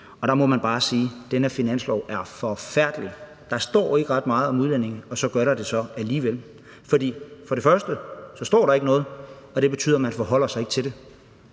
og der må man bare sige, at den her finanslov er forfærdelig. Der står ikke ret meget om udlændinge, men alligevel gør der. For det første står der ikke noget, og det betyder, at man ikke forholder sig til det.